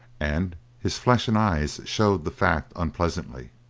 and his flesh and eyes showed the fact unpleasantly.